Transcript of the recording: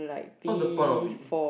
what's the point of it